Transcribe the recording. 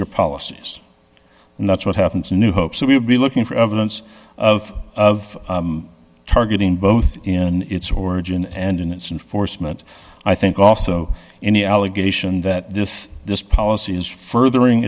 your policies and that's what happened to new hope so we'll be looking for evidence of of targeting both in its origin and in its in force meant i think also any allegation that this this policy is furthering